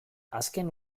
azken